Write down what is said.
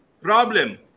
problem